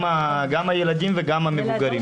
גם הילדים וגם המבוגרים.